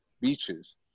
beaches